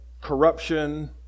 corruption